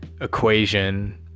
equation